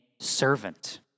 servant